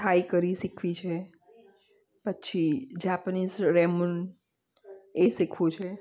થાઈ કરી શીખવી છે પછી જાપનીઝ રેમન એ શીખવું છે